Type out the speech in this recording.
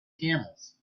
camels